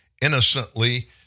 innocently